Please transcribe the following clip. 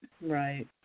right